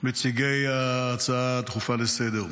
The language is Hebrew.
מציגי ההצעה הדחופה לסדר-היום,